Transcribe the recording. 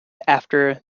after